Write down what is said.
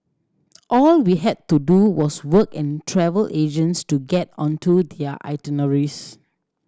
all we had to do was work and travel agents to get onto their itineraries